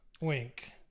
Wink